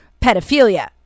pedophilia